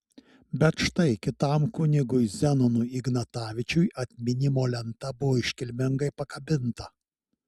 bet štai kitam kunigui zenonui ignatavičiui atminimo lenta buvo iškilmingai pakabinta